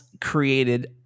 created